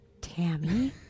Tammy